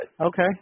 Okay